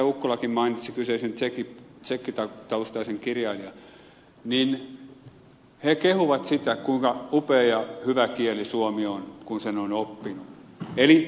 ukkolakin mainitsi kyseisin tsekkitaustaisen kirjailijan kehuvat sitä kuinka upea ja hyvä kieli suomi on kun sen on oppinut